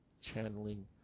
channeling